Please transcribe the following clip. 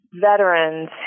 veterans